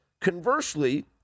Conversely